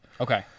Okay